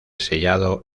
sellado